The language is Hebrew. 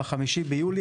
ב-5 ביולי,